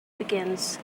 begins